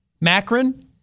Macron